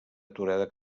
aturada